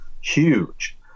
huge